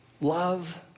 Love